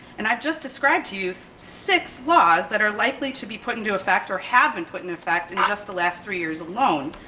and i've just described to you, six laws that are likely to be put into effect or have been put in effect in just the last three years alone,